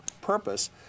purpose